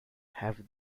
have